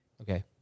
okay